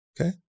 Okay